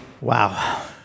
Wow